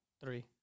Three